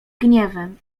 gniewem